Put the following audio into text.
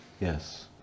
yes